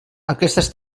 aquestes